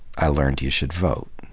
i learned you should vote.